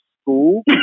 school